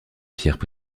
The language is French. pierres